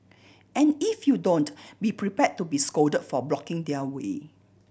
and if you don't be prepare to be scold for blocking their way